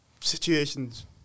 Situations